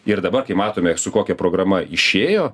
ir dabar kai matome su kokia programa išėjo